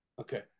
Okay